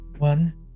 One